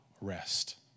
rest